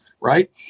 right